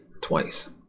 twice